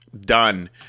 Done